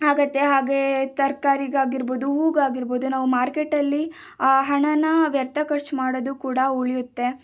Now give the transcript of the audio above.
ಆಗುತ್ತೆ ಹಾಗೆ ತರ್ಕಾರಿಗೆ ಆಗಿರ್ಬೋದು ಹೂಗೆ ಆಗಿರ್ಬೋದು ನಾವು ಮಾರ್ಕೆಟಲ್ಲಿ ಹಣನ ವ್ಯರ್ಥ ಖರ್ಚು ಮಾಡೋದು ಕೂಡ ಉಳಿಯುತ್ತೆ